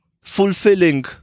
fulfilling